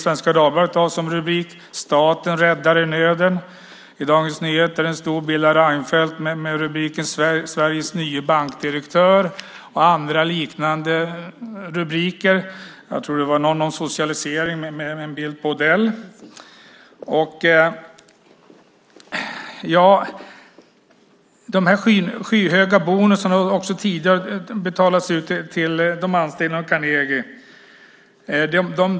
Svenska Dagbladet har som rubrik: Staten räddare i nöden. I Dagens Nyheter är det en stor bild av Reinfeldt med rubriken: Sveriges nye bankdirektör. Bland andra liknande rubriker tror jag att det var någon om socialisering med en bild på Odell. De här skyhöga bonusarna har också tidigare betalats ut till de anställda på Carnegie.